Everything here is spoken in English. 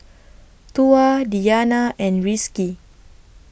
Tuah Diyana and Rizqi